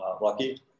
lucky